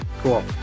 Cool